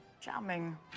charming